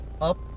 up